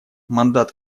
мандат